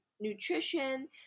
nutrition